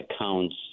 accounts